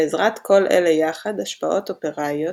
בעזרת כל אלה יחד- השפעות אופראיות,